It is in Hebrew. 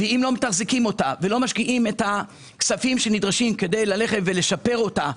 ואם לא מתחזקים אותה ולא משקיעים את הכספים שנדרשים כדי לשפר אותה,